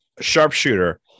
Sharpshooter